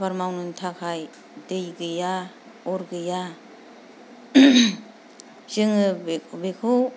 आबाद मावनो थाखाय दै गैया अर गैया जोङो बेखौ